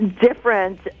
different